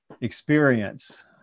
experience